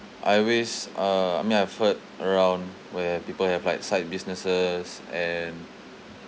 I always uh I mean I've heard around where people have like side businesses and